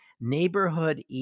neighborhood